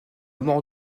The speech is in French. mort